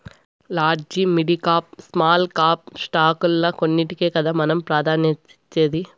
large, mid cap, small cap స్టాకుల్ల కొన్నింటికే కదా మనం ప్రాధాన్యతనిచ్చేది